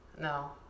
no